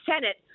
senate